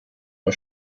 der